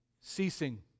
Ceasing